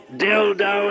dildo